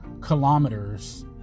kilometers